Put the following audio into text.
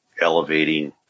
elevating